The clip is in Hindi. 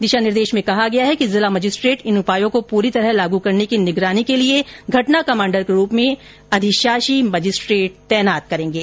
दिशा निर्देशों में बताया गया है कि जिला मजिस्ट्रेट इन उपायों को पूरी तरह लागू करने की निगरानी करने के लिए घटना कमाण्डर के रूप में अधिशाषी मजिस्ट्रेट तैनात करेगें